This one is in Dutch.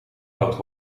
oud